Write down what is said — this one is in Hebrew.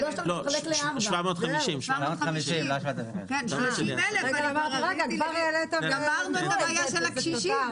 לא 7,500. 7,500 זה חלום פרוידיאני,